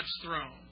throne